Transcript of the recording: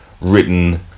written